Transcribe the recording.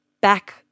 back